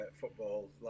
football